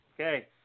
Okay